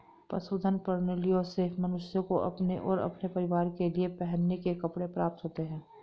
पशुधन प्रणालियों से मनुष्य को अपने और अपने परिवार के लिए पहनने के कपड़े प्राप्त होते हैं